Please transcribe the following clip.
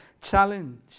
challenge